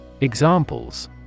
Examples